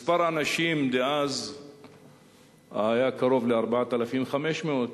מספר האנשים דאז היה קרוב ל-4,500,